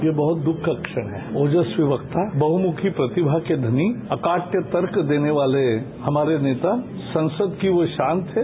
ये बहुत दुख का सण हैं ओजस्व वक्ता बहुमुखी प्रतिमा के घनी अकाट्य तर्क देने वाले हमारे नेता संसद की वो शान थे